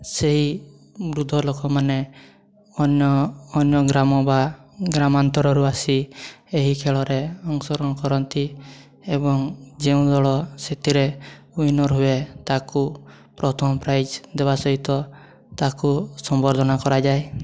ସେଇ ବୃଦ୍ଧ ଲୋକମାନେ ଅନ୍ୟ ଅନ୍ୟ ଗ୍ରାମ ବା ଗ୍ରାମାନ୍ତରରୁ ଆସି ଏହି ଖେଳରେ ଅଂଶଗ୍ରହଣ କରନ୍ତି ଏବଂ ଯେଉଁ ଦଳ ସେଥିରେ ଉଇନର୍ ହୁଏ ତାକୁ ପ୍ରଥମ ପ୍ରାଇଜ୍ ଦେବା ସହିତ ତାକୁ ସମ୍ବର୍ଦ୍ଧନା କରାଯାଏ